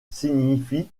signifie